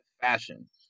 fashion